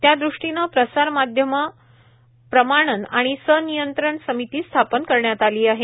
त्यादृष्टीने प्रसार माध्यम प्रमाणन आणि सनियंत्रण समिती स्थापन करण्यात आली आहे